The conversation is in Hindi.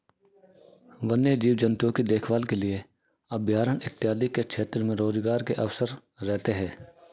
वन्य जीव जंतुओं की देखभाल के लिए अभयारण्य इत्यादि के क्षेत्र में रोजगार के अवसर रहते हैं